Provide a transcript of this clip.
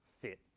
fit